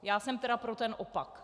Já jsem tedy pro ten opak.